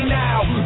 now